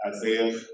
Isaiah